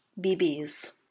BBs